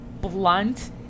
blunt